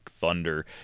Thunder